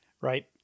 right